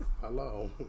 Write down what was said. Hello